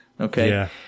Okay